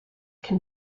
can